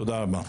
תודה רבה.